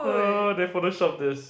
oh they photoshopped this